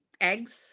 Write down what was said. Eggs